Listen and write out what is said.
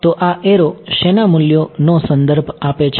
તો આ એરો શેના મૂલ્યો નો સંદર્ભ આપે છે